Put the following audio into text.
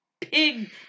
pig